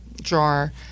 jar